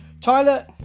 Tyler